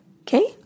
okay